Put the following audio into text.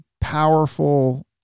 powerful